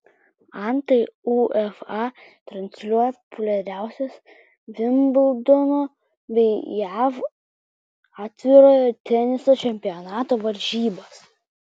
antai ufa transliuoja populiariausias vimbldono bei jav atvirojo teniso čempionato varžybas